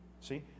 See